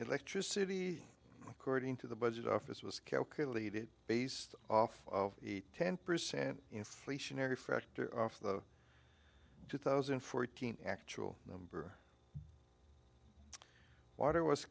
electricity according to the budget office was calculated based off of a ten percent inflationary factor off the two thousand and fourteen actual number water was